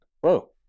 whoa